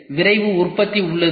பின்னர் விரைவு உற்பத்தி உள்ளது